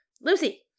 Lucy